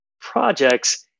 projects